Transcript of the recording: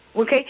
Okay